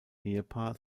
ehepaar